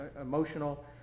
emotional